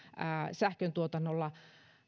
sähköntuotannolla